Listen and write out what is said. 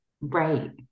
right